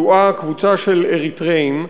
כלואה קבוצה של אריתריאים,